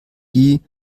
die